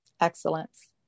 Excellence